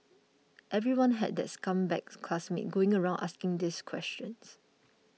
everyone had that scumbag classmate going around asking this questions